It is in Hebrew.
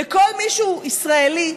כל מי שהוא ישראלי,